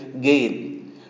gain